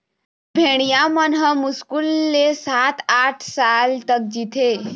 भेड़िया मन ह मुस्कुल ले सात, आठ साल तक जीथे